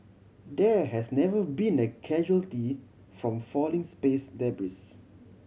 there has never been a casualty from falling space debris